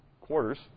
quarters